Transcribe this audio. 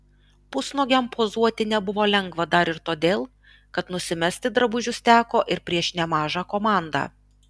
pusnuogiam pozuoti nebuvo lengva dar ir todėl kad nusimesti drabužius teko ir prieš nemažą komandą